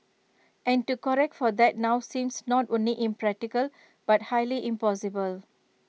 and to correct for that now seems not only impractical but highly impossible